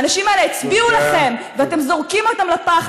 האנשים האלה הצביעו לכם, ואתם זורקים אותם לפח.